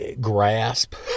grasp